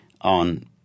on –